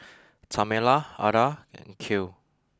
Tamela Adda and Cale